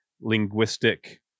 linguistic